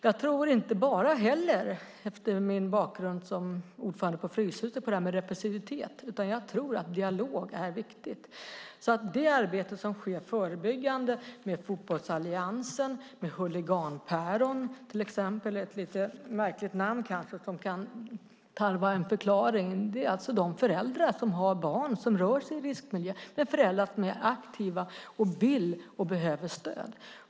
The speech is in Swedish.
Jag tror inte heller, utifrån min bakgrund som ordförande på Fryshuset, på bara repressivitet, utan jag tror att dialog är viktigt. Det sker ett förebyggande arbete med Fotbollsalliansen och med Huliganpäron. Det är ett lite märkligt namn som kanske kan tarva en förklaring. Det är alltså de föräldrar som har barn som rör sig i riskmiljö. Det är föräldrar som är aktiva och som vill ha och behöver stöd.